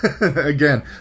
again